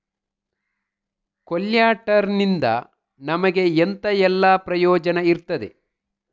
ಕೊಲ್ಯಟರ್ ನಿಂದ ನಮಗೆ ಎಂತ ಎಲ್ಲಾ ಪ್ರಯೋಜನ ಇರ್ತದೆ?